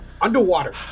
underwater